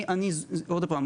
שוב,